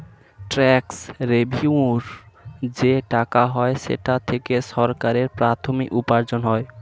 tax রেভেন্যুর যে টাকা হয় সেটা থেকে সরকারের প্রাথমিক উপার্জন হয়